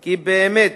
כי באמת